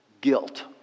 guilt